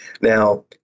Now